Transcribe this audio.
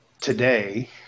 today